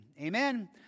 amen